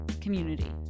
community